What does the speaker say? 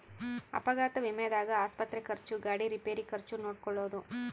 ಅಪಘಾತ ವಿಮೆದಾಗ ಆಸ್ಪತ್ರೆ ಖರ್ಚು ಗಾಡಿ ರಿಪೇರಿ ಖರ್ಚು ನೋಡ್ಕೊಳೊದು